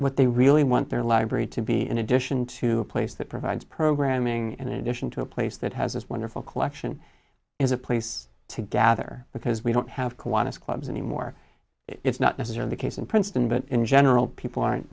what they really want their library to be in addition to a place that provides programming in addition to a place that has this wonderful collection is a place to gather because we don't have quite as clubs anymore it's not necessarily the case in princeton but in general people aren't